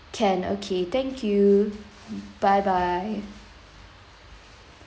can okay thank you bye bye